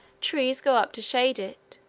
trees grow up to shade it.